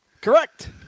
Correct